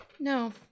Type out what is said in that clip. No